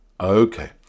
Okay